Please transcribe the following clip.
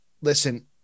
listen